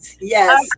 Yes